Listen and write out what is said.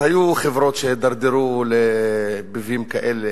היו חברות שהידרדרו לביבים כאלה,